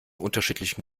unterschiedlichen